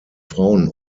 frauen